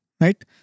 right